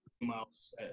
miles